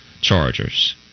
Chargers